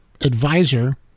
advisor